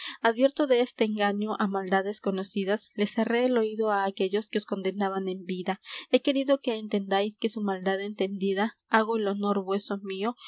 mentiras advertido deste engaño á maldades conocidas les cerré el oído á aquellos que os condenaban en vida he querido que entendáis que su maldad entendida hago el honor vueso mío